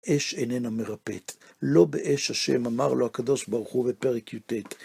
אש איננה מרפאת, לא באש השם, אמר לו הקדוש ברוך הוא בפרק י"ט.